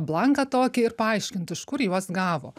blanką tokį ir paaiškintų iš kur juos gavo